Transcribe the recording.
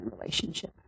relationship